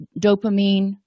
dopamine